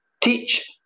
teach